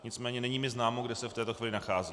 Nicméně není mi známo, kde se v této chvíli nachází.